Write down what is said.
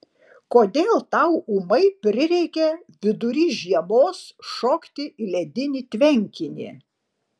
kodėl tau ūmai prireikė vidury žiemos šokti į ledinį tvenkinį